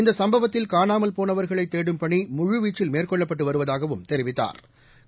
இந்தசும்பவத்தில் காணாமல் போனவர்களைதேடும் பணிமுழுவீச்சில் மேற்கொள்ளப்பட்டுவருவதாகதெரிவித்தாா்